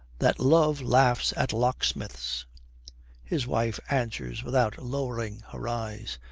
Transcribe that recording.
that love laughs at locksmiths his wife answers without lowering her eyes.